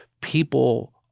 people